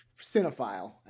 cinephile